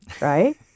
right